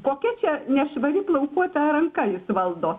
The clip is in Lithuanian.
kokia čia nešvari plaukuota ranka jus valdo